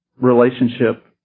relationship